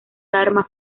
alarma